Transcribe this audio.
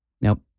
Nope